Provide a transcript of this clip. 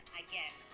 again